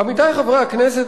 עמיתי חברי הכנסת,